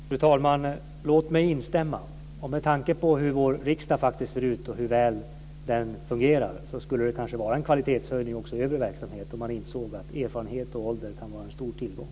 Fru talman! Låt mig instämma. Och med tanke på hur vår riksdag faktiskt ser ut och hur väl den fungerar så skulle det kanske vara en kvalitetshöjning också i övrig verksamhet om man insåg att erfarenhet och ålder kan vara en stor tillgång.